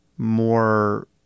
More